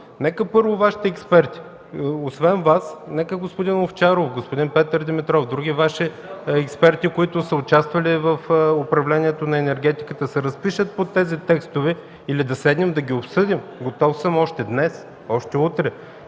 нека, първо, Вашите експерти, освен Вас, нека господин Овчаров, господин Петър Димитров, други Ваши експерти, които са участвали в управлението на енергетиката, се разпишат под тези текстове или да седнем да ги обсъдим. Готов съм още днес, още утре